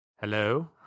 Hello